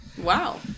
Wow